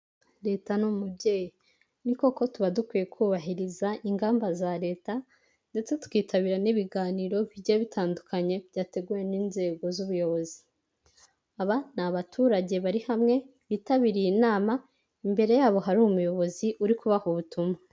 Leta ni umubyeyi ni koko tuba dukwiye kubahiriza ingamba za leta, ndetse tukitabira n'ibiganiro bigiye bitandukanye byateguwe n'inzego z'ubuyobozi, aba ni abaturage bari hamwe bitabiriye inama imbere yabo hari umuyobozi uri kubaha ubutumwa.